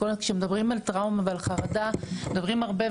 כשמדברים על טראומה וחרדה מדברים הרבה,